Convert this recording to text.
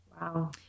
Wow